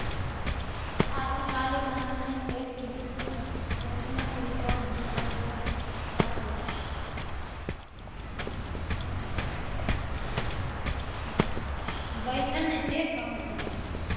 आइ काल्हि आनलाइन एक क्लिक पर जमीनक रिकॉर्ड देखल जा सकैए